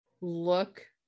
look